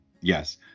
yes